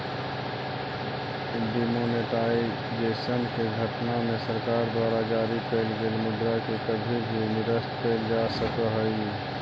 demonetisation के घटना में सरकार द्वारा जारी कैल गेल मुद्रा के कभी भी निरस्त कैल जा सकऽ हई